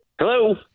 Hello